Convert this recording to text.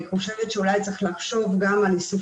אני חושבת שאולי צריך לחשוב גם על איסוף